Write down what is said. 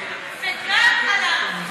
וגם על הערבים.